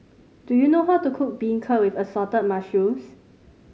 do you know how to cook beancurd with Assorted Mushrooms